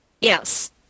Yes